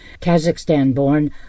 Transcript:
Kazakhstan-born